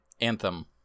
Anthem